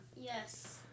Yes